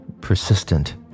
persistent